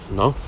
no